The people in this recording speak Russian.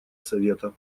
совета